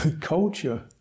culture